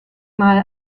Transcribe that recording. mal